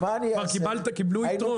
קיבלו יתרון.